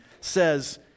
says